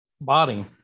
body